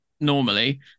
normally